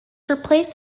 replaced